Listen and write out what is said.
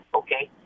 okay